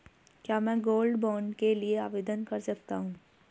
क्या मैं gold bond के लिए आवेदन कर सकता हूं?